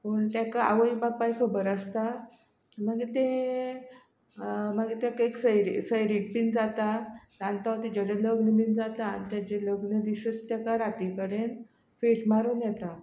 पूण तेका आवय बापाय खबर आसता मागीर ते मागीर तेका एक सैरी सोयरीक बीन जाता आनी तो तिजे कडेन लग्न बीन जाता आनी तेजे लग्न दिसत तेका राती कडेन फीट मारून येता